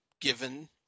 given